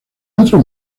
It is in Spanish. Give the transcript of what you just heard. otros